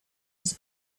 his